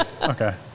Okay